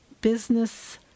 business